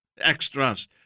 extras